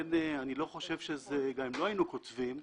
לכן גם אם לא היינו כותבים,